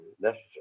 necessary